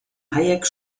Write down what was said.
hayek